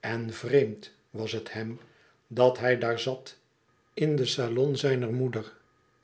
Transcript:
en vreemd was het hem dat hij daar zat in den salon zijner moeder